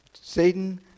Satan